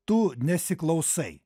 tu nesiklausai